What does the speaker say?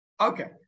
Okay